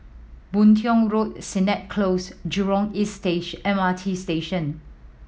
Boon Tiong Road Sennett Close Jurong East stage M R T Station